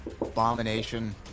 Abomination